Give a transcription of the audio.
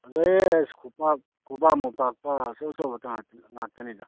ꯐꯖꯩꯌꯦ ꯑꯁ ꯈꯨꯕꯥꯛꯃꯨꯛ ꯄꯥꯛꯄ ꯑꯆꯧ ꯑꯆꯧꯕꯗ ꯉꯥꯛꯇꯅꯤꯗ